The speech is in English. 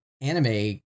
anime